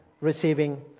receiving